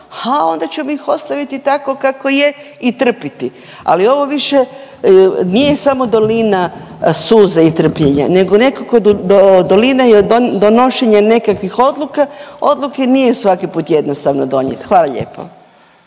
ha onda ćemo ih ostaviti tako kako je i trpiti, ali ovo više nije samo dolina suza i trpljenja nego nekako dolina i donošenja nekakvih odluka. Odluke nije svaki put jednostavno donijet. Hvala lijepo.